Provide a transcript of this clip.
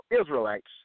Israelites